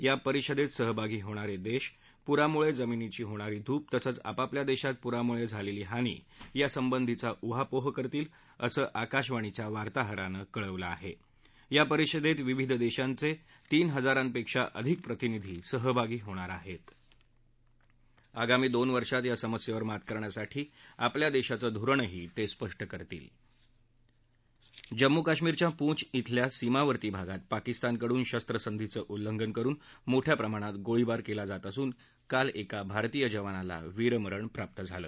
या परिषदर्तीसहभागी होणार दिवेतीपुरामुळजिमिनीची होणारी धूप तसंच आपआपल्या दर्शीत पूरामुळज्ञालली हानी यासंबंधी उहापोह करतील असं आकाशवाणी वार्ताहारानं कळवलं आहा आ परिषदत्तीविविध दधीचं दधीचत्रीन हजारांपध्यी अधिक प्रतिनिधी सहभागी होणार असून आगामी दोन वर्षात समस्यव्ति मात करण्यासाठी आपल्या दश्चिं धोरण स्पष्ट करणार आहस्त जम्मू काश्मिरच्या पुंछ धिल्या सीमावर्ती भागात पकिस्तानकडून शस्त्रसंधीचं उल्लंघन करुन मोठ्या प्रमाणात गोळीबार कला जात असून काल एका भारतीय जवानाला वीरमरण प्राप्त झालं